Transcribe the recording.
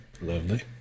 lovely